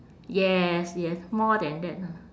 yes yes more than that ah